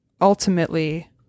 ultimately